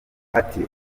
ati